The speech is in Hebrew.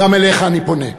גם אליך אני פונה.